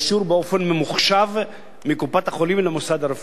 באופן ממוחשב מקופת-החולים למוסד הרפואי.